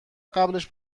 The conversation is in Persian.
قبلش